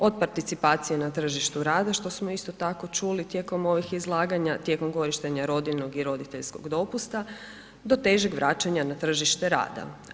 Od participacije na tržištu rada, što smo isto tako čuli tijekom ovih izlaganja, tijekom korištenja rodiljnog i roditeljskog dopusta do težeg vraćanja na tržište rada.